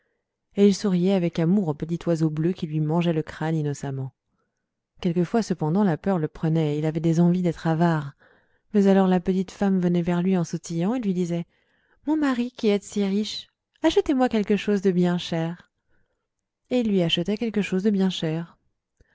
et il souriait avec amour au petit oiseau bleu qui lui mangeait le crâne innocemment quelquefois cependant la peur le prenait il avait des envies d'être avare mais alors la petite femme venait vers lui en sautillant et lui disait mon mari qui êtes si riche achetez-moi quelque chose de bien cher et il lui achetait quelque chose de bien cher